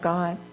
God